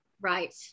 Right